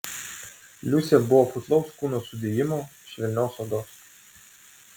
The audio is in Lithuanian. liusė buvo putlaus kūno sudėjimo švelnios odos